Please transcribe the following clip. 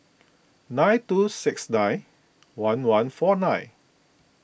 nine two six nine one one four nine